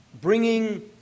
bringing